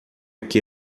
que